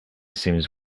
seems